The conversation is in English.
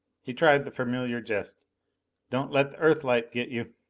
he tried the familiar jest don't let the earthlight get you!